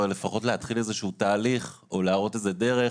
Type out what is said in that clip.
אבל לפחות להתחיל איזה תהליך או להראות איזה דרך,